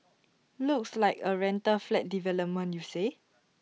looks like A rental flat development you say